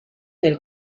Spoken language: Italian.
nel